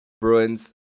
Bruins